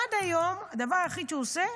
עד היום הדבר היחיד שהוא עושה,